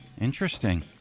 Interesting